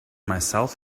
myself